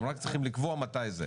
הם רק צריכים לקבוע מתי זה.